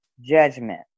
judgment